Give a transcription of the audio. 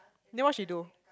then what she do